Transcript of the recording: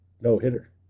no-hitter